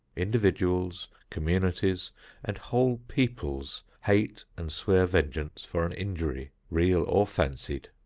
individuals, communities and whole peoples hate and swear vengeance for an injury, real or fancied.